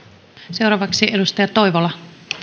seuraavaksi edustaja toivola arvoisa